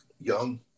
young